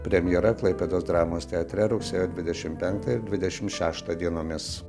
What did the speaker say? premjera klaipėdos dramos teatre rugsėjo dvidešim penkta ir dvidešim šešta dienomis